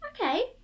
Okay